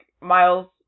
Miles